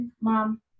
Mom